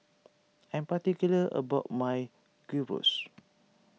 I am particular about my Gyros